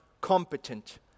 competent